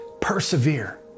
Persevere